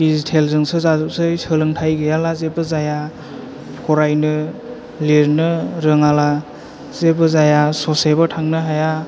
दिजिथेलजोंसो जाजोबसै सोलोंथाइ गैयाब्ला जेबो जाया फरायनो लिरनो रोङाब्ला जेबो जाया ससेबो थांनो हाया